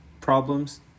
problems